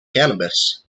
cannabis